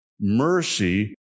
Mercy